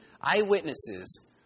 eyewitnesses